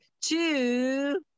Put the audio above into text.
two